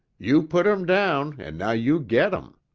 you put em down and now you get em.